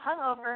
hungover